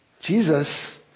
Jesus